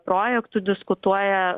projektų diskutuoja